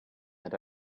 had